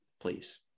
please